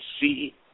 see